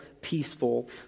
peaceful